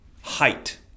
height